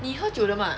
你喝酒的吗